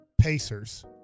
Pacers